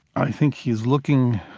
i think he's looking